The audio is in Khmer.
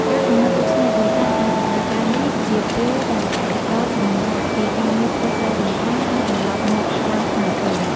ការកំណត់ដូច្នេះ ដោយសារតែរដូវកាលនេះ ជាពេលដែលកសិករសម្រាកពីការងារធ្វើស្រែចម្ការ ហើយត្រឡប់មកឡើងត្នោតវិញ។